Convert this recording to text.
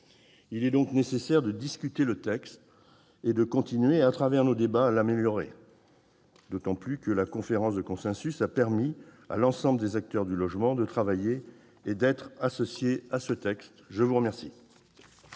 Il est donc nécessaire d'examiner le projet de loi et de continuer, à travers nos débats, à l'améliorer, d'autant plus que la conférence de consensus a permis à l'ensemble des acteurs du logement de travailler et d'être associé à ce texte. Quel